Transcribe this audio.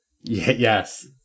Yes